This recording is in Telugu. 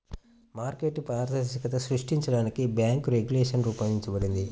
మార్కెట్ పారదర్శకతను సృష్టించడానికి బ్యేంకు రెగ్యులేషన్ రూపొందించబడింది